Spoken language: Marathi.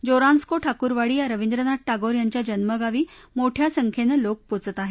जोरांस्को ठाकुरवाडी या रविंद्रनाथ टागोर यांच्या जन्मगावी मोठ्या संख्येनं लोक पोचत आहेत